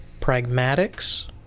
pragmatics